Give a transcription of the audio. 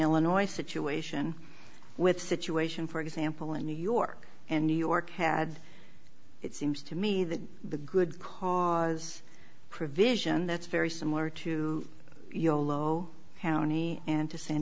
illinois situation with situation for example in new york and new york had it seems to me that the good cause provision that's very similar to yolo county and to san